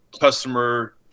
customer